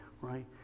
right